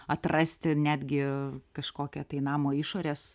atrasti netgi kažkokią tai namo išorės